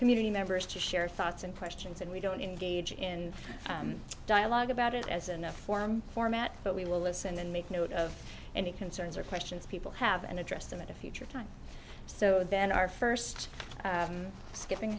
community members to share thoughts and questions and we don't engage in dialogue about it as another form format but we will listen and make note of any concerns or questions people have and address them at a future time so then our first skipping